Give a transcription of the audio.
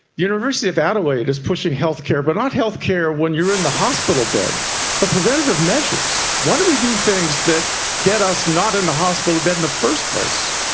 university of adelaide is pushing healthcare but not healthcare when you are in the hospital bed but preventative measures. why don't we do things that get us not in the hospital bed in the first place?